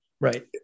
Right